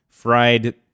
Fried